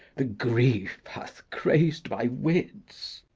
the grief hath craz'd my wits.